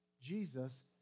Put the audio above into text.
Jesus